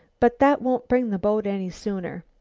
but that won't bring the boat any sooner.